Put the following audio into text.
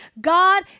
God